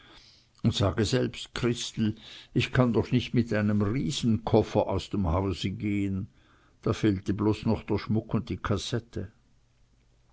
und sage selbst christel ich kann doch nicht mit einem riesenkoffer aus dem hause gehen da fehlte bloß noch der schmuck und die kassette